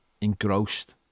engrossed